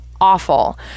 awful